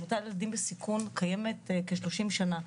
העמותה לילדים לסיכון קיימת כ-30 שנה,